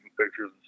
pictures